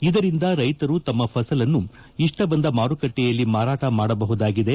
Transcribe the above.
ಇದರಿಂದ ರೈತರು ತಮ್ಮ ಫಸಲನ್ನು ಇಷ್ಲಬಂದ ಮಾರುಕಟ್ಟೆಯಲ್ಲಿ ಮಾರಾಟ ಮಾಡಬಹುದಾಗಿದೆ